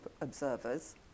observers